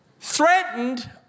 threatened